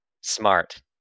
Smart